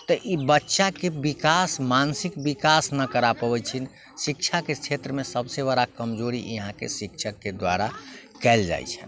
तऽ ई बच्चाके विकास मानसिक विकास नहि करा पाबै छिअनि शिक्षाके क्षेत्रमे सबसँ बड़ा कमजोरी ई अहाँके शिक्षकके द्वारा कएल जाइ छनि